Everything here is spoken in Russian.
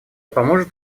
поможет